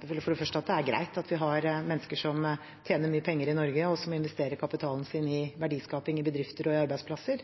vi har mennesker som tjener mye penger i Norge, og som investerer kapitalen sin i verdiskaping i bedrifter og arbeidsplasser.